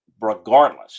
regardless